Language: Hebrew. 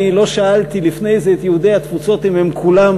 אני לא שאלתי לפני זה את יהודי התפוצות אם הם כולם